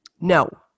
No